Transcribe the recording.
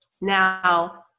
Now